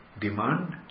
demand